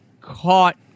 caught